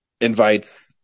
invites